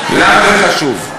לה זה חשוב.